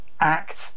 act